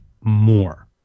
more